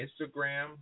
Instagram